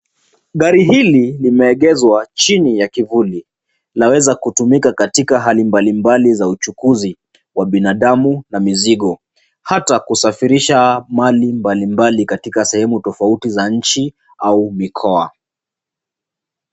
Gari hili limeegeshwa chini ya kivuli. Laweza kutumika katika hali mbalimbali za uchukuzi wa binadamu na mizigo, hata kusafirisha mali mbalimbali katika sehemu tofauti za nchi au mikoa.